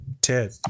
Ted